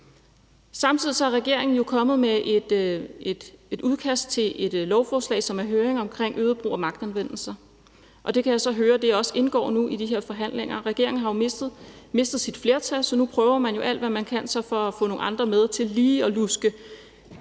Samtidig er regeringen jo kommet med et udkast til et lovforslag, som er i høring, omkring øget brug af magtanvendelser, og det kan jeg så høre nu også indgår i de her forhandlinger. Regeringen har jo mistet sit flertal, så nu prøver man alt, hvad man kan, at få nogle andre med til lige at luske